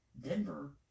Denver